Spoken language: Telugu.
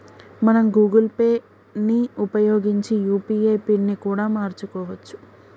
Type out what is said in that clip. మనం గూగుల్ పే ని ఉపయోగించి యూ.పీ.ఐ పిన్ ని కూడా మార్చుకోవచ్చు